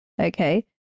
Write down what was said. Okay